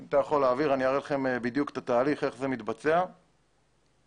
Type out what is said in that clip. אני אראה לכם בדיוק איך מתבצע התהליך הזה.